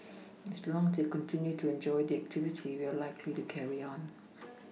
as long as they continue to enjoy the activity we are likely to carry on